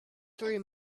through